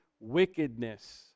wickedness